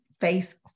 face